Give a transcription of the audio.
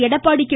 Edappadi K